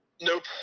Nope